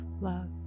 love